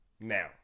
Now